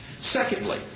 Secondly